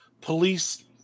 police